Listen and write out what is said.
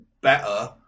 better